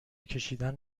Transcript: کشیدن